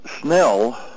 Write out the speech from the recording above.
Snell